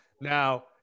Now